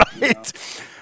Right